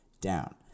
down